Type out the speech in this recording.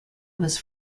was